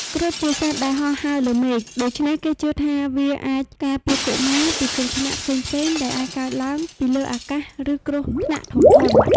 គ្រុឌជាសត្វដែលហោះហើរលើមេឃ ដូច្នេះគេជឿថាវាអាចការពារកុមារពីគ្រោះថ្នាក់ផ្សេងៗដែលអាចកើតឡើងពីលើអាកាស ឬគ្រោះថ្នាក់ធំៗ។